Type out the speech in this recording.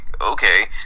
okay